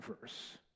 verse